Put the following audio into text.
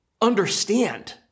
understand